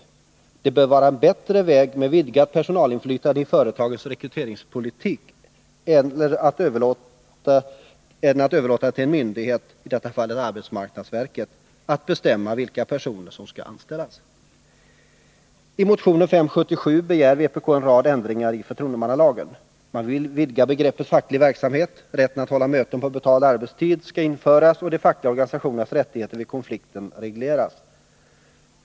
Onsdagen den Det bör vara en bättre väg med ökat personalinflytande i företagens 26 november 1980 rekryteringspolitik än att överlåta det till en myndighet — i detta fall arbetsmarknadsverket — att bestämma vilka personer som skall anställas. I motionen 577 begär vpk en rad ändringar i förtroendemannalagen. Man vill vidga begreppet facklig verksamhet. Rätten att hålla möten på betald arbetstid skall införas och de fackliga organisationernas rättigheter vid konflikten regleras.